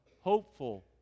hopeful